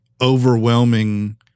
overwhelming